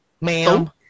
ma'am